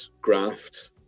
graft